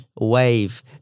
wave